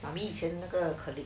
mummy 以前那个 colleague